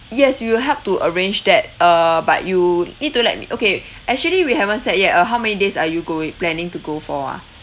yes we will help to arrange that uh but you need to let me okay actually we haven't set yet uh how many days are you goi~ planning to go for ah